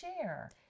share